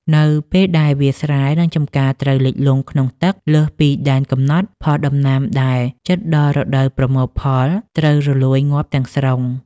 នៅពេលដែលវាលស្រែ និងចម្ការត្រូវលិចលង់ក្នុងទឹកលើសពីដែនកំណត់ ផលដំណាំដែលជិតដល់រដូវប្រមូលផលត្រូវរលួយងាប់ទាំងស្រុង។